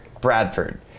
Bradford